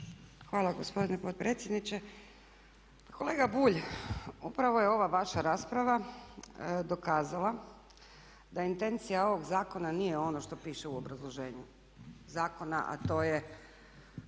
Hvala gospodine potpredsjedniče. Kolega Bulj, upravo je ova vaša rasprava dokazala da intencija ovog zakona nije ono što piše u obrazloženju zakona a to je